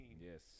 Yes